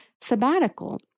sabbatical